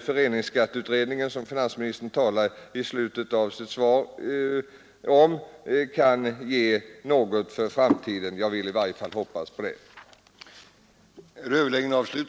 Föreningsskatteutredningen, som finansministern talar om i slutet av svaret, kanske kan ge något för framtiden. Jag vill i varje fall hoppas på det.